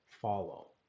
follow